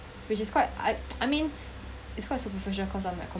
which is quite I I mean it's quite superficial cause I'm like